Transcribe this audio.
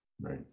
right